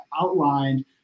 outlined